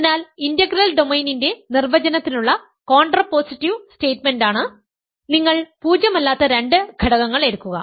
അതിനാൽ ഇന്റഗ്രൽ ഡൊമെയ്നിന്റെ നിർവചനത്തിനുള്ള കോൺട്രപോസിറ്റീവ് സ്റ്റേറ്റ്മെന്റാണ് നിങ്ങൾ പൂജ്യം അല്ലാത്ത രണ്ട് ഘടകങ്ങൾ എടുക്കുക